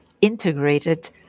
integrated